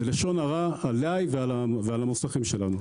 זה לשון הרע עליי ועל המוסכים שלנו.